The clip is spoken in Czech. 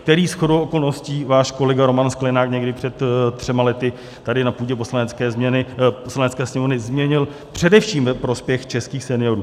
Který shodou okolností váš kolega Roman Sklenák někdy před třemi lety tady na půdě Poslanecké sněmovny změnil především ve prospěch českých seniorů.